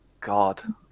God